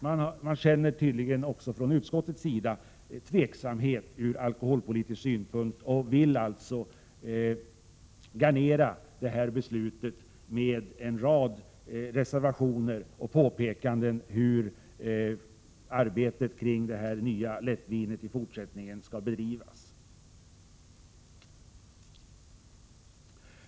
Man känner tydligen också från utskottets sida tveksamhet ur alkoholpolitisk synpunkt och vill garnera det här beslutet med en rad reservationer och påpekanden om hur arbetet kring det nya lättvinet i fortsättningen skall bedrivas.